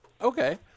okay